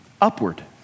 upward